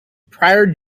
prior